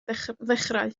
ddechrau